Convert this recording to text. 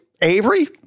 Avery